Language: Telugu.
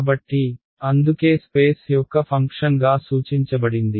కాబట్టి అందుకే స్పేస్ యొక్క ఫంక్షన్గా సూచించబడింది